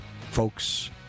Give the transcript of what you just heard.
Folks